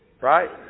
Right